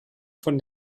von